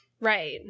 Right